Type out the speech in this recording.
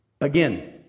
Again